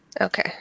Okay